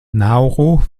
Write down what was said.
nauru